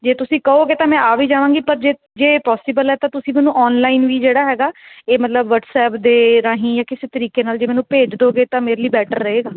ਜੇ ਤੁਸੀਂ ਕਹੋਗੇ ਤਾਂ ਮੈਂ ਆ ਵੀ ਜਾਵਾਂਗੀ ਪਰ ਜੇ ਜੇ ਪੋਸੀਬਲ ਹੈ ਤਾਂ ਤੁਸੀਂ ਮੈਨੂੰ ਔਨਲਾਈਨ ਵੀ ਜਿਹੜਾ ਹੈਗਾ ਇਹ ਮਤਲਬ ਵਟਸਐਪ ਦੇ ਰਾਹੀਂ ਜਾਂ ਕਿਸੇ ਤਰੀਕੇ ਨਾਲ ਜੇ ਮੈਨੂੰ ਭੇਜ ਦੇਵੋਗੇ ਤਾਂ ਮੇਰੇ ਲਈ ਬੈਟਰ ਰਹੇਗਾ